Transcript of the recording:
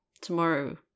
Tomorrow